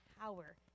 power